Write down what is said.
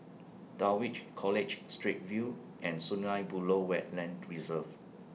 Dulwich College Straits View and Sungei Buloh Wetland Reserve